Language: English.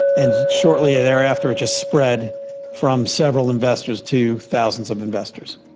and shortly thereafter it just spread from several investors to thousands of investors.